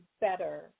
better